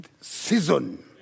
season